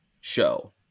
show